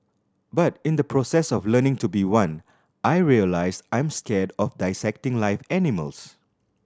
but in the process of learning to be one I realised I'm scared of dissecting live animals